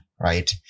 right